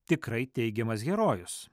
tikrai teigiamas herojus